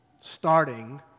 starting